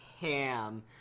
ham